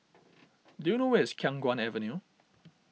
do you know where is Khiang Guan Avenue